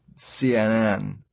CNN